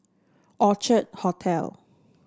Orchard Hotel